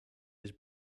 his